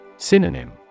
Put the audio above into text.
Synonym